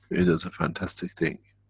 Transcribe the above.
it is a fantastic thing.